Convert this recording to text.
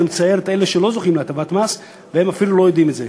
זה מצער את אלה שלא זוכים להטבת מס והם אפילו לא יודעים את זה.